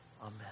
Amen